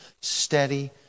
steady